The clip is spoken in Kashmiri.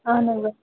اَہَن حظ آ